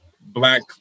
Black